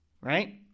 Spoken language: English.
right